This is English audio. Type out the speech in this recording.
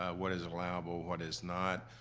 what is allowable, what is not.